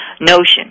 notion